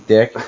Dick